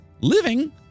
living